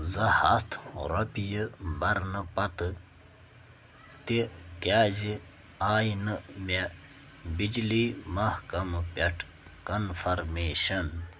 زٕ ہَتھ رۄپیہِ بَرنہٕ پتہٕ تہِ کیٛازِ آے نہٕ مےٚ بجلی محکمہٕ پٮ۪ٹھٕ کنفرمیشَن